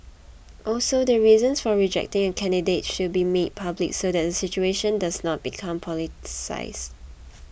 also the reasons for rejecting a candidate should be made public so that the situation does not become politicised